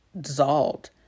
dissolved